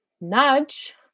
nudge